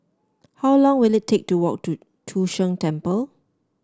how long will it take to walk to Chu Sheng Temple